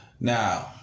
Now